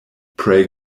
pray